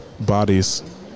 bodies